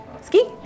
Ski